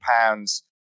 pounds